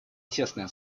тесное